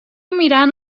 mirant